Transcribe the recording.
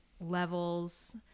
levels